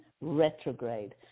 retrograde